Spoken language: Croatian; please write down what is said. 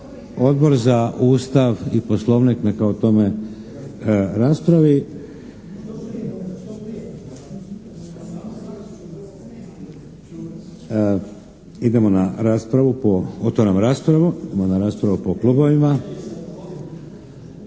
Odbor za Ustav i Poslovnik neka o tome raspravi. Otvaram raspravu. Idemo na raspravu po klubovima.